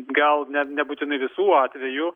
gal net nebūtinai visų atvejų